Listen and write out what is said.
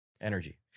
Energy